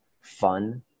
fun